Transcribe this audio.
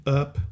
up